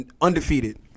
undefeated